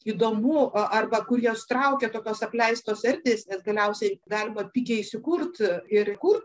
įdomu arba kur juos traukia tokios apleistos erdvės ir galiausiai galima pigiai įsikurt ir kurt